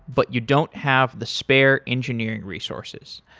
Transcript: but you don't have the spare engineering resources.